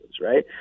right